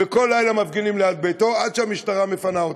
וכל לילה מפגינים ליד ביתו עד שהמשטרה מפנה אותם.